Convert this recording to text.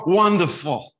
wonderful